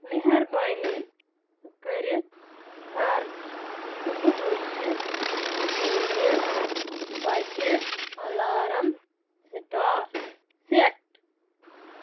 مہربٲنی کٔرِتھ کر صبحٕچہِ شیٚیہِ بجہِ الارام سِٹارٹ سیٹ